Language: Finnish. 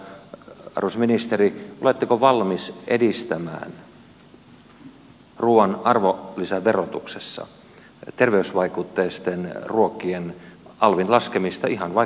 arvoisa ministeri oletteko valmis edistämään ruuan arvonlisäverotuksessa terveysvaikutteisten ruokien alvin laskemista ihan vaikkapa nollaan